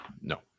No